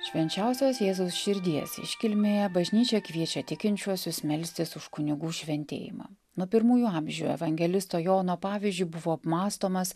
švenčiausios jėzaus širdies iškilmėje bažnyčia kviečia tikinčiuosius melstis už kunigų šventėjimą nuo pirmųjų amžių evangelisto jono pavyzdžiu buvo apmąstomas